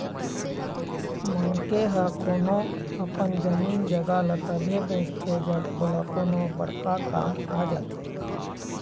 मनखे ह कोनो अपन जमीन जघा ल तभे बेचथे जब ओला कोनो बड़का काम आ जाथे